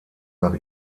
nach